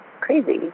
crazy